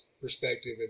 perspective